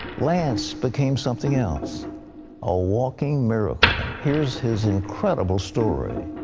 lance became something else a walking miracle. here is his incredible story.